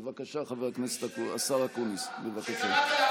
בבקשה, השר אקוניס, בבקשה.